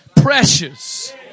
precious